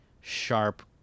sharp